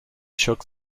shook